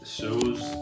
shows